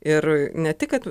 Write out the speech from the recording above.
ir ne tik kad